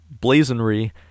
blazonry